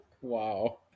Wow